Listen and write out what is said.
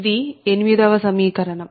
ఇది 8 వ సమీకరణం